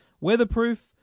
weatherproof